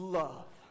love